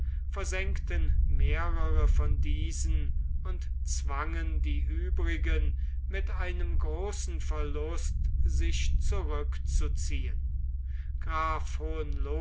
versenkten mehrere von diesen und zwangen die übrigen mit einem großen verlust sich zurückzuziehen